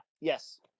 yes